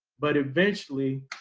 but eventually,